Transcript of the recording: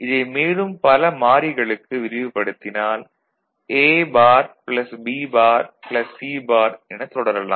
இதை மேலும் பல மாறிகளுக்கு விரிவுபடுத்தினால் A bar plus B bar plus C bar என தொடரலாம்